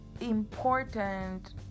important